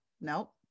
nope